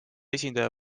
esindaja